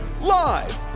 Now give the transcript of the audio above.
Live